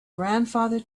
grandfather